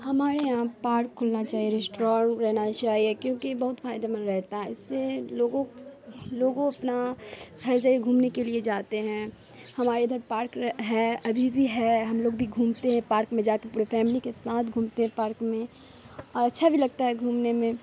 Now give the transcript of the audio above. ہمارے یہاں پارک کھلنا چاہیے ریسٹور رہنا چاہیے کیونکہ بہت فائدہ مند رہتا ہے اس سے لوگوں لوگوں اپنا ہر جگہ گھومنے کے لیے جاتے ہیں ہمارے ادھر پارک ہے ابھی بھی ہے ہم لوگ بھی گھومتے ہیں پارک میں جاکے پورے فیملی کے ساتھ گھومتے ہیں پارک میں اور اچھا بھی لگتا ہے گھومنے میں